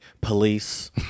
Police